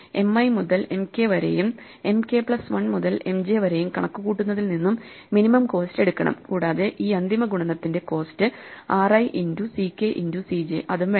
M i മുതൽ M k വരെയും M k plus 1 മുതൽ M j വരെയും കണക്കുകൂട്ടുന്നതിൽ നിന്നും മിനിമം കോസ്റ്റ് എടുക്കണം കൂടാതെ ഈ അന്തിമ ഗുണനത്തിന്റെ cost ri into ck into c j അതും വേണം